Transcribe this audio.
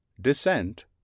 Descent